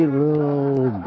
little